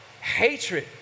hatred